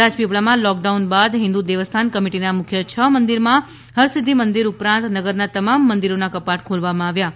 રાજપીપળામાં લોકડાઉન બાદ હિન્દુ દેવસ્થાન કમિટિના મુખ્ય છ મંદિરમાં હરસિધ્ધ મંદિર ઉપરાંત નગરના તમામ મંદિરોના કપાટ ખોલવામાં આવ્યાં છે